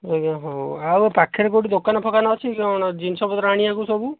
ଆଜ୍ଞା ହଁ ଆଉ ପାଖେରେ କେଉଁଠି ଦୋକାନ ଫୋକାନ ଅଛି କ'ଣ ଜିନିଷପତ୍ର ଆଣିବାକୁ ସବୁ